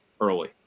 early